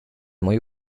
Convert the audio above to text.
muy